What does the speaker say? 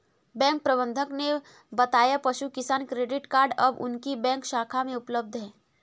bank प्रबंधक ने बताया पशु किसान क्रेडिट कार्ड अब उनकी बैंक शाखा में उपलब्ध है